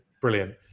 Brilliant